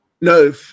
No